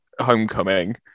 Homecoming